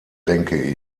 denke